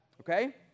Okay